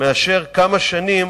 מאשר כמה שנים